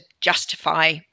justify